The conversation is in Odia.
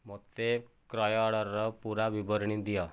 ମୋତେ କ୍ରୟ ଅର୍ଡର୍ର ପୂରା ବିବରଣୀ ଦିଅ